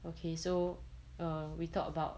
okay so err we talk about